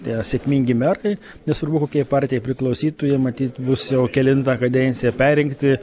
tie sėkmingi merai nesvarbu kokiai partijai priklausytų jie matyt bus jau kelintą kadenciją perrinkti